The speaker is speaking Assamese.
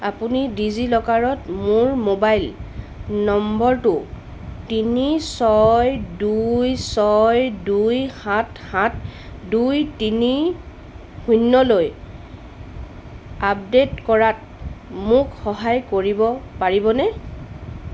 আপুনি ডিজি লকাৰত মোৰ মোবাইল নম্বৰটো তিনি ছয় দুই ছয় দুই সাত সাত দুই তিনি শূণ্যলৈ আপডেট কৰাত মোক সহায় কৰিব পাৰিবনে